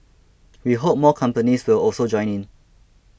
we hope more companies will also join in